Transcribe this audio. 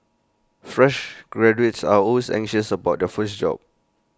fresh graduates are always anxious about their first job